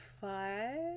five